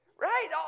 Right